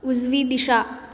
उजवी दिशा